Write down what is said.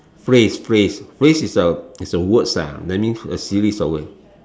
phrase phrase phrase is a is a words ah that means a series of words